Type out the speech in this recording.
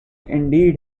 indeed